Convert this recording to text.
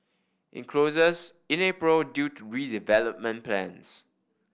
it closes in April due to redevelopment plans